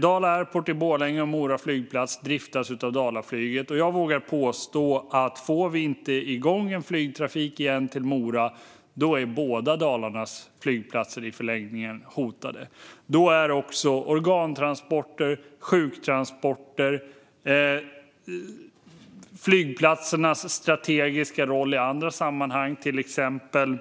Dala Airport i Borlänge och Mora flygplats driftas av Dalaflyget, och jag vågar påstå att båda Dalarnas flygplatser i förlängningen är hotade om vi inte får igång flygtrafiken till Mora igen. Då är också organtransporter och sjuktransporter hotade, liksom flygplatsernas strategiska roll i andra sammanhang, till exempel